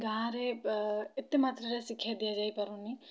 ଗାଁ'ରେ ବା ଏତେ ମାତ୍ରାରେ ଶିକ୍ଷା ଦିଆଯାଇ ପାରୁନି